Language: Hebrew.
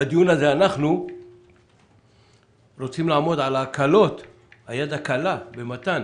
בדיון הזה אנחנו רוצים לעמוד על ההקלות - היד הקלה במתן